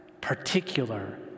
particular